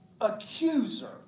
accuser